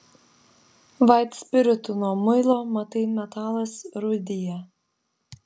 vaitspiritu nuo muilo matai metalas rūdija